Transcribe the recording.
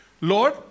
Lord